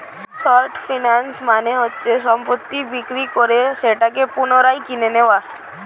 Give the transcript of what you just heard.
short finance মানে হচ্ছে সম্পত্তি বিক্রি করে সেটাকে পুনরায় কিনে নেয়া